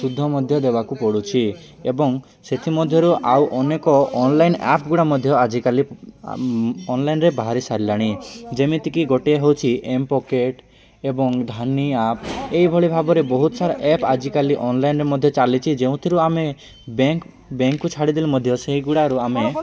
ସୁଧ ମଧ୍ୟ ଦେବାକୁ ପଡ଼ୁଛି ଏବଂ ସେଥିମଧ୍ୟରୁ ଆଉ ଅନେକ ଅନଲାଇନ୍ ଆପ୍ ଗୁଡ଼ା ମଧ୍ୟ ଆଜିକାଲି ଅନଲାଇନ୍ରେ ବାହାରି ସାରିଲାଣି ଯେମିତିକି ଗୋଟିଏ ହେଉଛି ଏମ୍ ପକେଟ୍ ଏବଂ ଧାନି ଆପ୍ ଏହିଭଳି ଭାବରେ ବହୁତ ସାରା ଆପ୍ ଆଜିକାଲି ଅନଲାଇନ୍ରେ ମଧ୍ୟ ଚାଲିଛି ଯେଉଁଥିରୁ ଆମେ ବ୍ୟାଙ୍କ ବ୍ୟାଙ୍କକୁ ଛାଡ଼ିଦେଲେ ମଧ୍ୟ ସେହିଗୁଡ଼ାରୁ ଆମେ